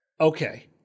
Okay